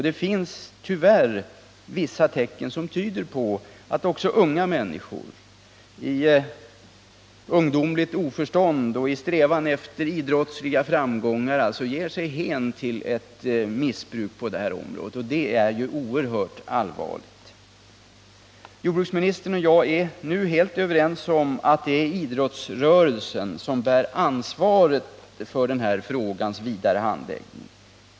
Det finns tyvärr vissa tecken som tyder på att också unga människor, i ungdomligt oförstånd och i strävan efter idrottsliga framgångar, ger sig hän åt ett missbruk på detta område — och det är oerhört allvarligt. Jordbruksministern och jag är nu helt överens om att det är idrottsrörelsen som bär ansvaret för denna frågas vidare handläggning.